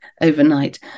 overnight